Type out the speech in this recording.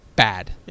Bad